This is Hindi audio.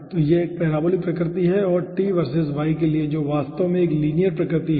तो यह एक पैराबोलिक प्रकृति है और t वर्सेज y के लिए जो वास्तव में एक लीनियर प्रकृति है